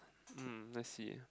um I see